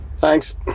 Thanks